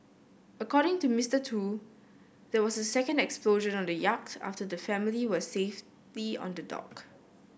according to Mister Tu there was a second explosion on the yacht after the family were safely on the dock